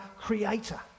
creator